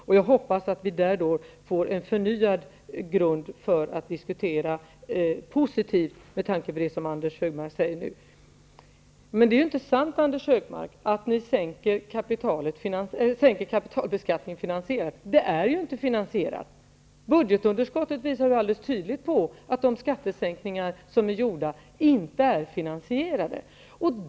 Med tanke på det som Anders G Högmark nu sade hoppas jag att vi kan få en förnyad grund för en positiv diskussion. Det är ju inte sant, Anders G Högmark, att ni har finansierat sänkningen av kapitalbeskattningen. Den är inte finansierad. Budgetunderskottet visar alldeles tydligt att de skattesänkningar som har företagits inte är finansierade.